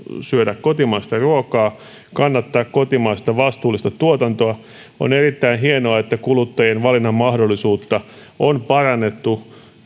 syödä kotimaista ruokaa kannattaa kotimaista vastuullista tuotantoa on erittäin hienoa että kuluttajien valinnanmahdollisuutta on parannettu